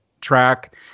track